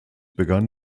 begann